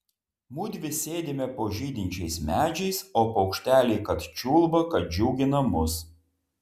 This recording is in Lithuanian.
mudvi sėdime po žydinčiais medžiais o paukšteliai kad čiulba kad džiugina mus